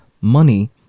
money